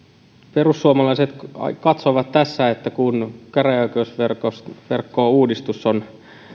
perussuomalaiset katsovat tässä että kun käräjäoikeusverkkouudistus on